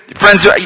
Friends